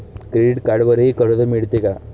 Credit कार्डवरही कर्ज मिळते का?